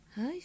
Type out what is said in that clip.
Hi